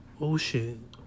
Ocean